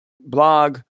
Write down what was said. blog